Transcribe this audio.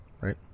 right